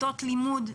כיתות לימוד.